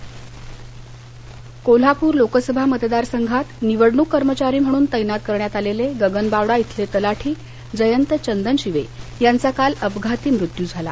कोल्हापर कोल्हापूर लोकसभा मतदारसंघात निवडणूक कर्मचारी म्हणून तैनात करण्यात आलेले गगनबावडा इथले तलाठी जयंत चंदनशिवे यांचा काल अपघाती मृत्यू झाला